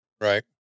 right